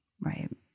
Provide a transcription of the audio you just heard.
right